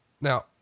Now